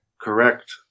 Correct